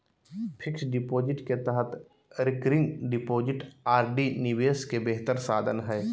fixed deposit के तरह recurring deposit RD निवेश के बेहतर साधन हइ